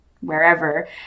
wherever